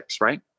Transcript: right